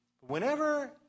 Whenever